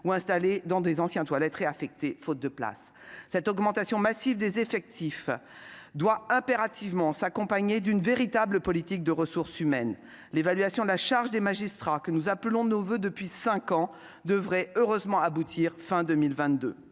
ou installés dans d'anciennes toilettes réaffectées, faute de place. Cependant, cette augmentation massive des effectifs doit impérativement s'accompagner d'une véritable politique de ressources humaines. L'évaluation de la charge des magistrats, que nous appelons de nos voeux depuis cinq ans, devrait heureusement aboutir à la